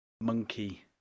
monkey